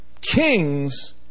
kings